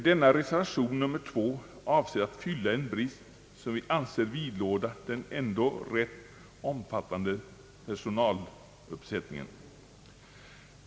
Denna reservation, nr 2, avser att fylla en brist som vi anser vidlåda den ändå rätt omfattande personaluppsättningen.